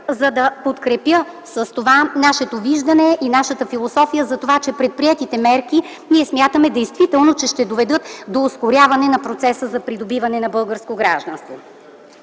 за да подкрепя с това нашето виждане и нашата философия за това, че ние смятаме, че предприетите мерки ще доведат до ускоряване на процеса за придобиване на българско гражданство.